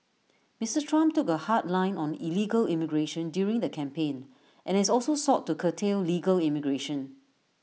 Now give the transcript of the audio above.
Mister Trump took A hard line on illegal immigration during the campaign and has also sought to curtail legal immigration